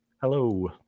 hello